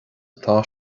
atá